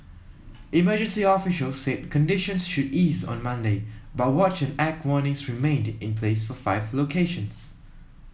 emergency officials said conditions should ease on Monday but watch and act warnings remained in place for five locations